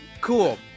cool